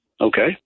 okay